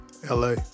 LA